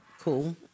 Cool